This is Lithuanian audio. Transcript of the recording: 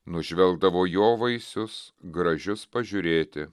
nužvelgdavo jo vaisius gražius pažiūrėti